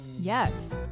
Yes